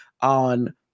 on